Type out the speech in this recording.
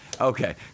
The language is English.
Okay